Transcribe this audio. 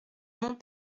mont